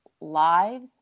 lives